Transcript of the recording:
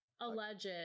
alleged